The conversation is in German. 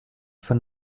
von